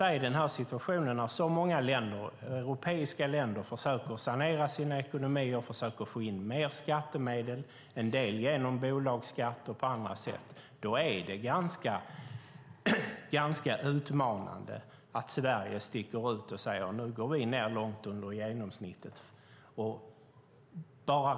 I en situation där många europeiska länder försöker sanera sina ekonomier och få in mer skattemedel genom bolagsskatt och på andra sätt är det ganska utmanande att Sverige sticker ut och säger att vi ska gå ned långt under genomsnittet.